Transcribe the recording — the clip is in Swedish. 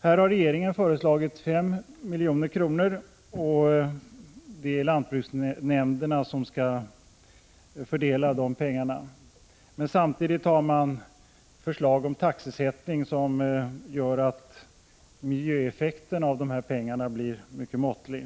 Här har regeringen föreslagit 5 milj.kr. och att lantbruksnämnderna skall fördela pengarna. Samtidigt har man dock förslag om taxesättning som gör att miljöeffekten av dessa pengar blir mycket måttlig.